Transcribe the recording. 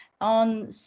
On